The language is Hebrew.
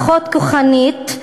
פחות כוחנית.